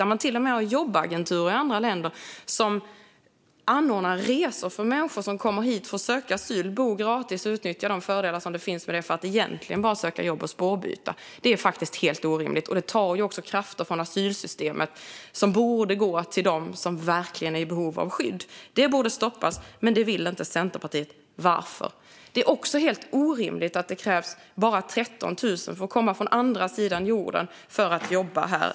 Man har till och med jobbagenturer i andra länder som anordnar resor för människor som kommer hit för att söka asyl, bo gratis och utnyttja de fördelar som finns med det för att egentligen bara söka jobb och byta spår. Det är faktiskt helt orimligt, och det tar också kraft från asylsystemet som borde gå till dem som verkligen är i behov av skydd. Det borde stoppas, men det vill inte Centerpartiet. Varför? Det är också helt orimligt att det krävs bara 13 000 för att komma från andra sidan jorden för att jobba här.